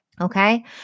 okay